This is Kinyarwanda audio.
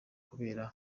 kubera